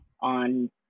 on